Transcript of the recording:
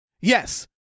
Yes